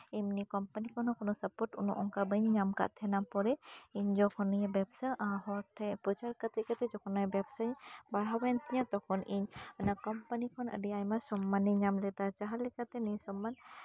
ᱮᱢᱱᱤ ᱠᱳᱢᱯᱟᱱᱤ ᱠᱚ ᱠᱷᱚᱱ ᱦᱚᱸ ᱩᱱᱟᱹᱜ ᱥᱟᱯᱚᱴ ᱵᱟᱹᱧ ᱧᱟᱢ ᱠᱟᱜ ᱠᱟᱱ ᱛᱟᱦᱮᱱᱛᱮ ᱯᱚᱨᱮ ᱤᱧ ᱡᱚᱠᱷᱚᱱᱤᱧ ᱵᱮᱵᱥᱟᱜᱼᱟ ᱦᱚᱲ ᱴᱷᱮᱡ ᱯᱨᱚᱪᱟᱨ ᱠᱟᱛᱮ ᱡᱚᱠᱷᱚᱱ ᱵᱮᱵᱥᱟ ᱵᱟᱲᱦᱟᱣᱮᱱ ᱛᱤᱧᱟ ᱛᱚᱠᱷᱚᱱ ᱤᱧ ᱚᱱᱟ ᱠᱳᱢᱯᱟᱱᱤ ᱠᱷᱚᱱ ᱟ ᱰᱤ ᱟᱭᱢᱟ ᱥᱚᱢᱢᱟᱱᱤᱧ ᱧᱟᱢ ᱞᱮᱫᱟ ᱡᱟᱦᱟᱸᱞᱮᱠᱟ ᱛᱮ ᱱᱤᱭᱟᱹ ᱥᱚᱢᱢᱟᱱ